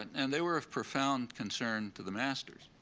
and they were of profound concern to the masters,